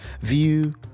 view